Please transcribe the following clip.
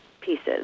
pieces